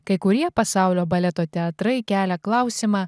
kai kurie pasaulio baleto teatrai kelia klausimą